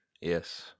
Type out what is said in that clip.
yes